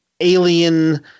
Alien